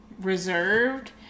reserved